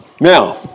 Now